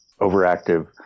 overactive